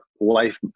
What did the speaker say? life